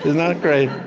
isn't that great?